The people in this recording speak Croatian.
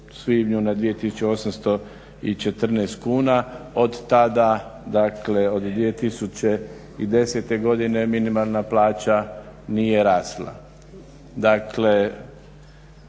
svibnju na 2814 kuna. Od tada, dakle od 2010. godine minimalna plaća nije rasla.